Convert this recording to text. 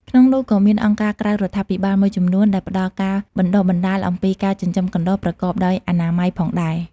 ក្នុងនោះក៏មានអង្គការក្រៅរដ្ឋាភិបាលមួយចំនួនដែលផ្ដល់ការបណ្តុះបណ្ដាលអំពីការចិញ្ចឹមកណ្តុរប្រកបដោយអនាម័យផងដែរ។